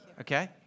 Okay